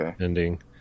ending